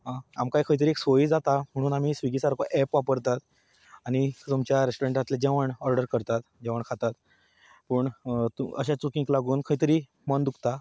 आं आमकां खंय तरी एक सोय जाता म्हणून आमी स्विगी सारको एप वापरतात आनी तुमच्या रेस्टोरेंटांतलें जेवण ऑर्डर करतात जेवण खातात पूण अशा चुकींक लागून खंय तरी मन दुकता